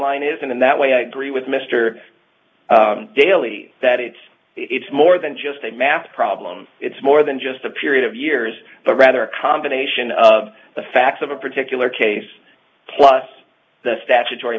line is and in that way i agree with mister daly that it's it's more than just a math problem it's more than just a period of years but rather a combination of the facts of a particular case plus the statutory